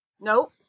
Nope